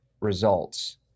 results